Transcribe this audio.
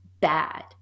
bad